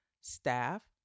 staff